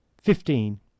fifteen